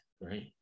right